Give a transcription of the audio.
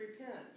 repent